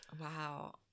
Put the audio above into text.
Wow